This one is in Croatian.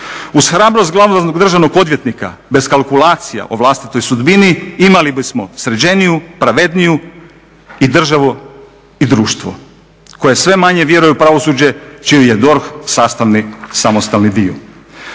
Uz hrabrost glavnog državnog odvjetnika bez kalkulacija o vlastitoj sudbini imali bismo sređeniju, pravedniju i državu i društvo koje sve manje vjeruje u pravosuđe čiji je DORH sastavni samostalni dio.